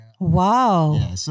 Wow